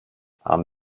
haben